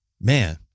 Man